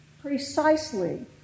Precisely